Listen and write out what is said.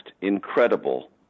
incredible